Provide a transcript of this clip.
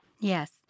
Yes